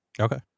Okay